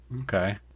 Okay